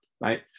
right